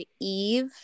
Eve